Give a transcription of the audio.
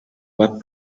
web